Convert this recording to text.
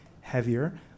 heavier